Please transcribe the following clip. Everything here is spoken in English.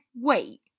Wait